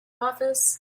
office